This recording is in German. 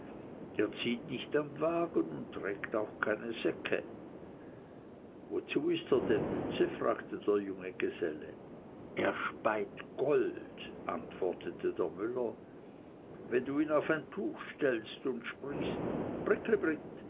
er zieht nicht am wagen und trägt auch keine säcke wozu ist er denn nütze fragte der junge geselle er speit gold antwortete der müller wenn du ihn auf ein tuch stellst und sprichst